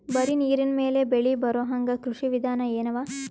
ಬರೀ ನೀರಿನ ಮೇಲೆ ಬೆಳಿ ಬರೊಹಂಗ ಕೃಷಿ ವಿಧಾನ ಎನವ?